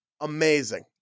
amazing